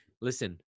Listen